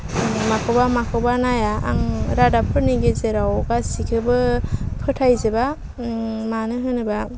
माखौबा माखौबा नाया आं रादाबफोरनि गेजेराव गासिखौबो फोथायजोबा मानो होनोबा